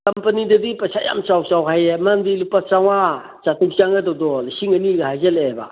ꯀꯝꯄꯅꯤꯗꯗꯤ ꯄꯩꯁꯥ ꯌꯥꯝ ꯆꯥꯎ ꯆꯥꯎ ꯍꯥꯏꯌꯦ ꯃꯔꯝꯗꯤ ꯂꯨꯄꯥ ꯆꯥꯝꯃꯉꯥ ꯆꯥꯇꯔꯨꯛ ꯆꯪꯒꯗꯧꯗꯣ ꯂꯨꯁꯤꯡ ꯑꯅꯤꯒ ꯍꯥꯏꯖꯤꯜꯂꯛꯑꯦꯕ